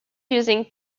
using